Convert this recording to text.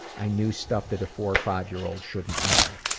i knew stuff that a four or five year old shouldn't know.